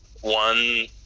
one